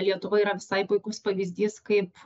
lietuva yra visai puikus pavyzdys kaip